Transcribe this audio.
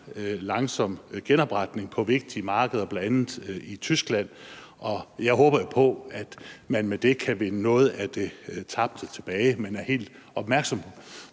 langsom genopretning på vigtige markeder, bl.a. i Tyskland, og jeg håber på, at man med det kan vinde noget af det tabte tilbage. Men jeg er helt opmærksom på, at